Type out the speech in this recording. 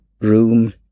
room